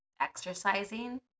exercising